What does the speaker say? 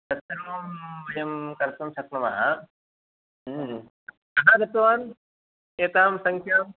तत् सर्वं वयं कर्तुं शक्नुमः कः दत्तवान् एतां सङ्ख्याम्